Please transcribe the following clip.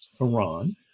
Iran